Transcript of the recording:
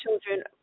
children